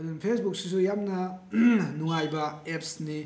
ꯑꯗꯨꯅ ꯐꯦꯁꯕꯨꯛꯁꯤꯁꯨ ꯌꯥꯝꯅ ꯅꯨꯡꯉꯥꯏꯕ ꯑꯦꯞꯁꯅꯤ